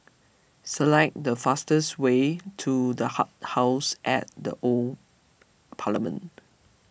select the fastest way to the House at the Old Parliament